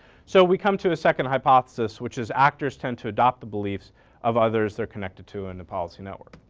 so we come to a second hypothesis which is actors tend to adopt the beliefs of others they're connected to in the policy network.